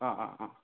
ꯑꯥ ꯑꯥ ꯑꯥ